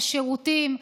השירותים,